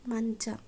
ಮಂಚ